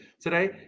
today